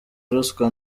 ruswa